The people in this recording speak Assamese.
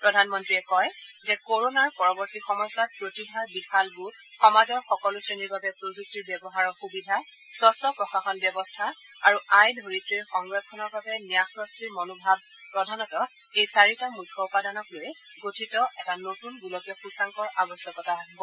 প্ৰধানমন্ত্ৰীয়ে কয় যে কৰণাৰ পৰৱৰ্তী সময়চোৱাত প্ৰতিভাৰ বিশাল গোট সমাজৰ সকলো শ্ৰেণীৰ বাবে প্ৰযুক্তি ব্যৱহাৰৰ সুবিধা স্কচ্ছ প্ৰশাসন ব্যৱস্থা আৰু আই ধৰিত্ৰীৰ সংৰক্ষণৰ বাবে ন্যাসৰক্ষীৰ মনোভাৱ প্ৰধানত এই চাৰিটা মুখ্য উপাদানক লৈ গঠিত এটা নতুন গোলকীয় সূচাংকৰ আৱশ্যকতা হ'ব